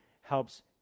helps